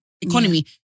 economy